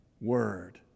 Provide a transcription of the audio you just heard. Word